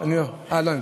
עובדת.